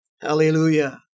Hallelujah